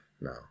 No